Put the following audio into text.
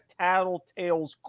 Tattletales